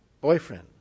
boyfriend